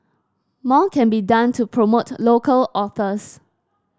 more can be done to promote local authors